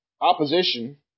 opposition